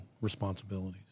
responsibilities